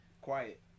Quiet